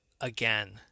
again